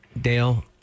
Dale